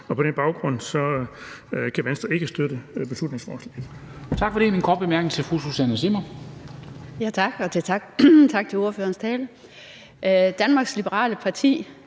Og på den baggrund kan Venstre ikke støtte beslutningsforslaget.